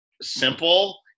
simple